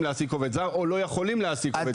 להעסיק עובד זר או לא יכולים להעסיק עובד זר.